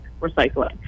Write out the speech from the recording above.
recycling